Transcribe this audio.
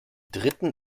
dritten